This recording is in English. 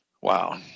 Wow